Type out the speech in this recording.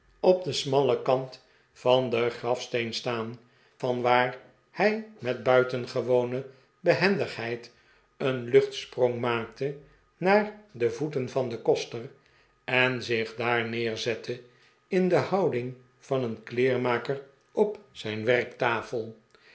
op den smallen kant van den grafsteen staan vanwaar hij met buitengewone behendigheid een luchtsprong maakte naar de voeten van den koster en zich daar neerzette in de houding van een kleermaker op zijn